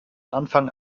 anfang